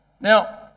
Now